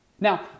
Now